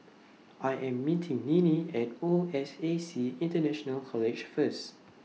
I Am meeting Ninnie At O S A C International College First